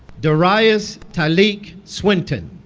dairrius tylek swinton